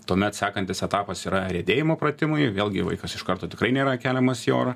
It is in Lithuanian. tuomet sekantis etapas yra riedėjimo pratimai vėlgi vaikas iš karto tikrai nėra keliamas į orą